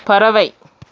பறவை